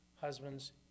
husbands